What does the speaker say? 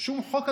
שום חוק,